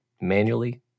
manually